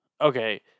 Okay